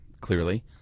clearly